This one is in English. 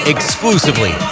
Exclusively